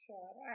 Sure